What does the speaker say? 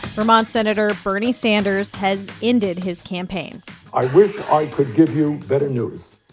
vermont sen. bernie sanders has ended his campaign i wish i could give you better news.